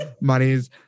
monies